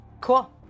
cool